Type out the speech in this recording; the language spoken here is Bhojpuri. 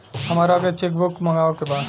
हमारा के चेक बुक मगावे के बा?